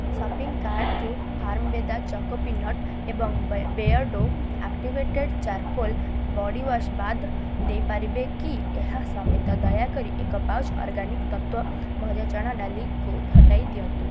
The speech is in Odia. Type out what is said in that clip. ମୋ ସପିଂ କାର୍ଟ୍ରୁ ଫାର୍ମ୍ବେଦା ଚକୋ ପିନଟ୍ ଏବଂ ବେ ବେୟର୍ଡ଼ୋ ଆକ୍ଟିଭେଟେଡ଼୍ ଚାର୍କୋଲ୍ ବଡ଼ିୱାଶ୍ ବାଦ୍ ଦେଇପାରିବେ କି ଏହା ସମେତ ଦୟାକରି ଏକ ପାଉଚ୍ ଅର୍ଗାନିକ୍ ତତ୍ତ୍ଵ ଭଜା ଚଣା ଡାଲିକୁ ହଟାଇ ଦିଅନ୍ତୁ